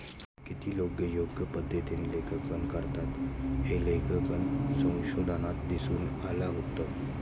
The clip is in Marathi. किती लोकं योग्य पद्धतीने लेखांकन करतात, हे लेखांकन संशोधनात दिसून आलं होतं